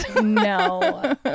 no